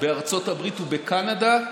בארצות הברית ובקנדה.